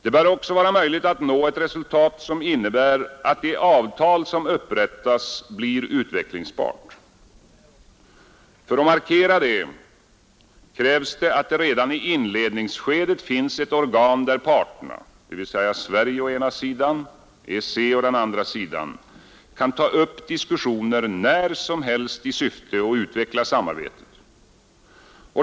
Det bör också vara möjligt att nå ett resultat som innebär att det avtal som upprättas blir utvecklingsbart. För att markera det krävs att det redan i inledningsskedet finns ett organ där parterna — dvs. Sverige å ena sidan och EEC å andra sidan — kan ta upp diskussioner när som helst i syfte att utveckla samarbetet.